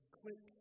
click